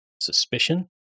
suspicion